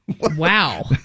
Wow